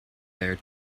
there